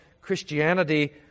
Christianity